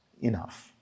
enough